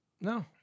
No